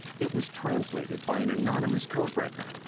it was translated by an anonymous codebreaker.